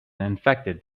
infected